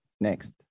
next